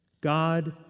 God